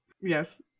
Yes